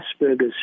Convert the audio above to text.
Asperger's